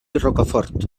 rocafort